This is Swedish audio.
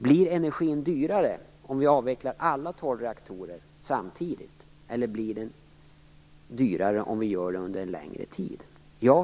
Blir energin dyrare om vi avvecklar alla tolv reaktorer samtidigt, eller blir det dyrare om vi gör det under en längre tid? Den frågan är väldigt svår att svara på.